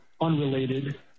unrelated